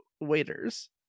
waiters